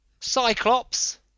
Cyclops